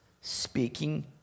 speaking